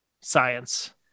science